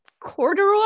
corduroy